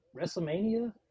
WrestleMania